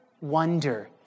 wonder